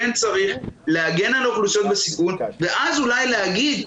כן צריך להגן על אוכלוסיות בסיכון ואז אולי להגיד,